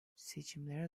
seçimlere